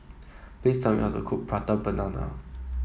please tell me how to cook Prata Banana